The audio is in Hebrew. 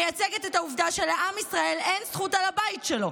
מייצג את העובדה שלעם ישראל אין זכות על הבית שלו.